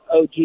OG